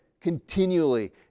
continually